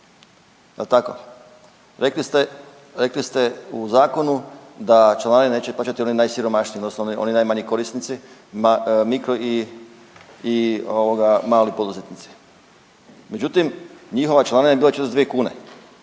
rekli ste u zakonu da članarine neće plaćati oni najsiromašniji odnosno oni najmanji korisnici, mikro i ovoga mali poduzetnici. Međutim, njihova članarina je bila 42 kune